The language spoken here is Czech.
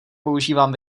používám